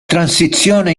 transizione